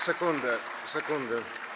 Sekundę, sekundę.